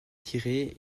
tirée